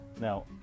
Now